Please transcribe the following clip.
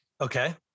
Okay